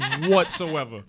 whatsoever